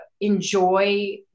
enjoy